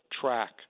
track